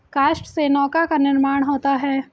काष्ठ से नौका का निर्माण होता है